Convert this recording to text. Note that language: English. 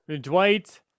Dwight